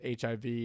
HIV